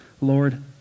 Lord